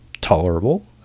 tolerable